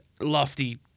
lofty